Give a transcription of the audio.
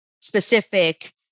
specific